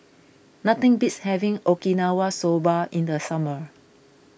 nothing beats having Okinawa Soba in the summer